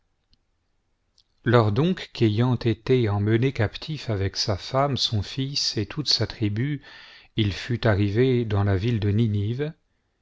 lors donc qu'ayant été emmené captif avec sa femme son fils et toute a tribu il fut arrivé dans la ville de